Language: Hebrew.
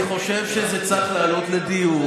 אני חושב שזה צריך לעלות לדיון,